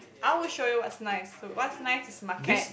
I will show you what's nice what's nice is my cat